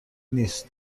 نیس